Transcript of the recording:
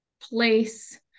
place